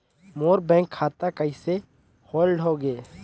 मोर bank खाता कइसे hold होगे?